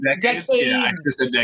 decades